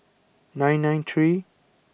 nine nine three